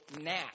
nap